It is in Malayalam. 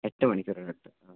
എട്ട് മണിക്കൂർ ഇടവിട്ട്